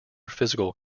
physical